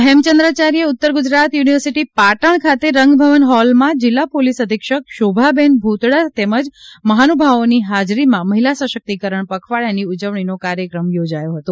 તો હેમચંદ્રાયાર્ય ઉત્તર ગુજરાત યુનિવર્સિટી પાટણ ખાતે રંગભવન હૉલમાં જિલ્લા પોલીસ અધિક્ષક શોભાબેન ભૂતડા તેમજ મહાનુભાવોની હાજરીમાં મહિલા સશક્તિકરણ પખવાડીયાની ઉજવણીનો કાર્યક્રમ યોજાયો હતો